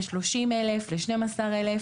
מ-30,000 ל-12,000,